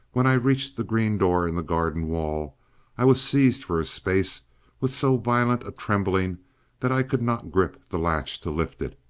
when i reached the green door in the garden wall i was seized for a space with so violent a trembling that i could not grip the latch to lift it,